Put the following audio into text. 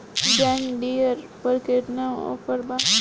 John Deere पर केतना offer बा?